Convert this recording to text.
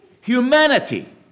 humanity